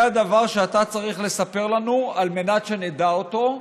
זה הדבר שאתה צריך לספר לנו על מנת שנדע אותו,